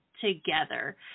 together